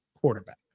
quarterback